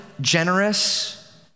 generous